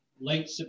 late